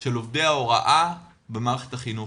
של עובדי ההוראה הפעילים במערכת החינוך,